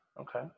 Okay